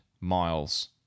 miles